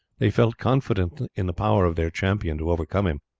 they felt confident in the power of their champion to overcome him.